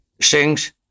sings